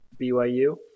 BYU